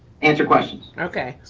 answer questions. okay.